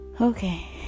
Okay